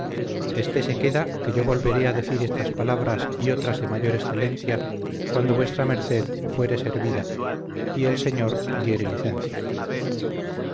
sana estése queda que yo volveré a decir estas palabras y otras de mayor excelencia cuando vuesa merced fuere servida y el señor diere licencia